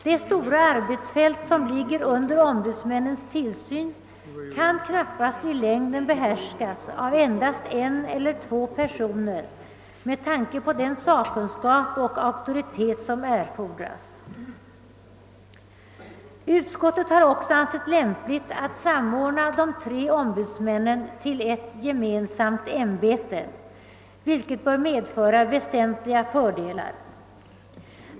Det stora arbetsfält som ligger under ombudsmännens tillsyn kan knappast i längden behärskas av endast en eller två personer med tanke på den sakkunskap och auktoritet som erfordras. Utskottet har också ansett lämpligt att samordna de tre ombudsmännen till ett gemensamt ämbete, vilket bör medföra väsentliga fördelar.